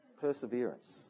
perseverance